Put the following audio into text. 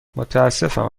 متاسفم